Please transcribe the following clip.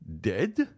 Dead